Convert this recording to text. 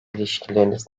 ilişkileriniz